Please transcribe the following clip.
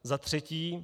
Za třetí.